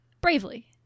bravely